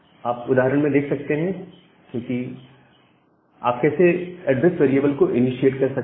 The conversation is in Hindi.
आप उदाहरण में देख सकते हैं क्योंकि आप कैसे एड्रेस वेरिएबल को इनीशिएट कर सकते हैं